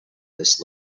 this